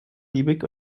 liebig